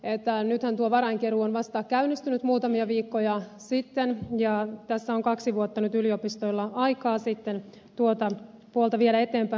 nythän tuo varainkeruu on vasta käynnistynyt muutamia viikkoja sitten ja tässä on kaksi vuotta nyt yliopistoilla aikaa sitten tuota puolta viedä eteenpäin